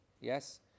yes